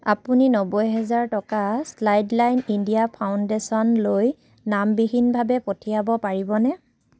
আপুনি নব্বৈ হাজাৰ টকা চাইল্ডলাইন ইণ্ডিয়া ফাউণ্ডেশ্যনলৈ নামবিহীনভাৱে পঠিয়াব পাৰিবনে